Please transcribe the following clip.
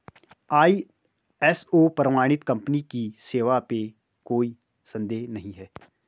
ISO प्रमाणित company की सेवा पे कोई संदेह नहीं है